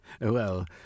Well